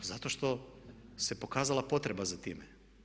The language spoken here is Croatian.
Pa zato što se pokazala potreba za time.